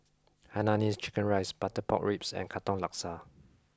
Hainanese Chicken Rice Butter Pork Ribs and Katong Laksa